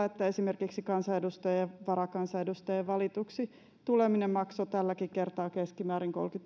että esimerkiksi kansanedustajaksi ja varakansanedustajaksi valituksi tuleminen maksoi tälläkin kertaa keskimäärin